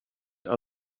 are